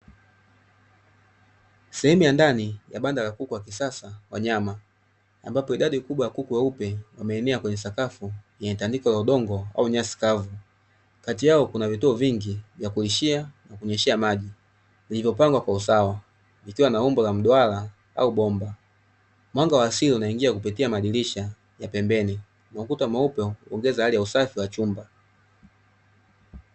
Sehemu ya ndani ya banda la kuku wa kisasa wa nyama, ambapo idadi ya kubwa ya kuku weupe wameenea kwenye sakafu yenye tandiko la udongo au nyasi kavu. Kati yao kuna vituo vingi vya kulishia na kunyweshea maji vilivyopangwa kwa usawa, vikiwa na umbo la mduara au bomba. Mwanga wa asili unaingia kupitia madirisha ya pembeni na ukuta mweupe huongeza hali ya usafi wa chumba.